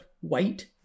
white